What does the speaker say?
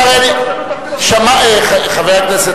חבר הכנסת